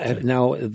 Now